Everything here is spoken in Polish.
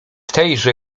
tejże